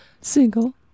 single